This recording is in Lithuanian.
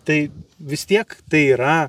tai vis tiek tai yra